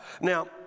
Now